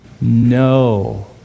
no